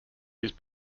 used